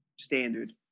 standard